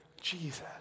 Jesus